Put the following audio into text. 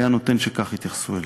היה נותן שכך יתייחסו אליו.